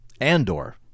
Andor